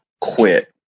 quit